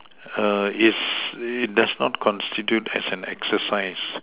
is it does not constitute as an exercise